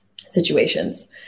situations